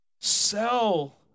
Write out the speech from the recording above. sell